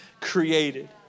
created